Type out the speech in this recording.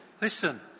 Listen